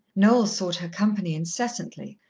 noel sought her company incessantly,